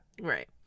Right